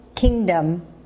kingdom